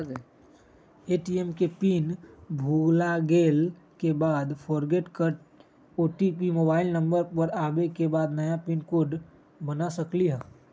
ATM के pin भुलागेल के बाद फोरगेट कर ओ.टी.पी मोबाइल नंबर पर आवे के बाद नया पिन कोड बना सकलहु ह?